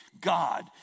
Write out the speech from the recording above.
God